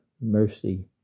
mercy